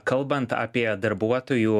kalbant apie darbuotojų